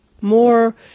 more